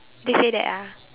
they say that ah